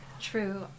True